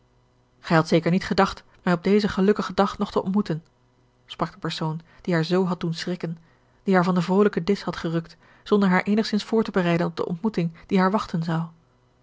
hadt zeker niet gedacht mij op dezen gelukkigen dag nog te ontmoeten sprak de persoon die haar zoo had doen schrikken die haar van den vrolijken disch had gerukt zonder haar eenigzins voor te bereiden op de ontmoeting die haar wachten zou